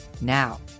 now